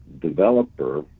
developer